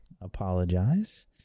apologize